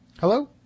Hello